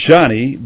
Johnny